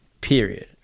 period